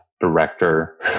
director